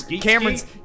Cameron's